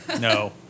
no